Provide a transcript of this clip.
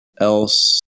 else